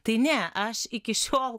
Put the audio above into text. tai ne aš iki šiol